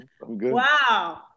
Wow